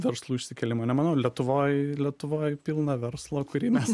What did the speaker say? verslų išsikėlimo nemanau lietuvoj lietuvoj pilna verslo kurį mes